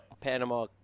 Panama